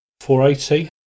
480